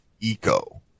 Eco